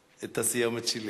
את הסיומת שלי.